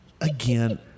Again